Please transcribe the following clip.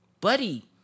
Buddy